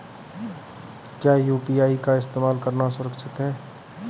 क्या यू.पी.आई का इस्तेमाल करना सुरक्षित है?